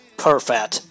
perfect